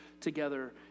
together